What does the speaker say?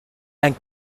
and